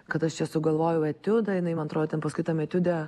kad aš čia sugalvojau etiudą jinai man atro ten paskui tam etiude